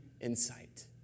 insight